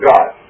God